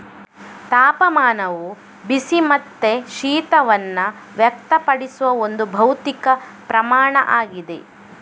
ತಾಪಮಾನವು ಬಿಸಿ ಮತ್ತೆ ಶೀತವನ್ನ ವ್ಯಕ್ತಪಡಿಸುವ ಒಂದು ಭೌತಿಕ ಪ್ರಮಾಣ ಆಗಿದೆ